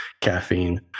caffeine